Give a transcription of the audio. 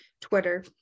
twitter